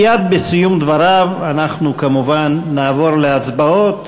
מייד בסיום דבריו אנחנו כמובן נעבור להצבעות,